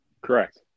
Correct